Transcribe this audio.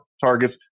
targets